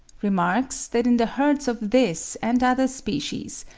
remarks, that in the herds of this and other species,